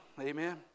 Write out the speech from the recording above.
Amen